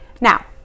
Now